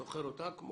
שוכר אותה.